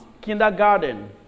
kindergarten